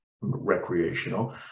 recreational